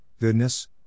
goodness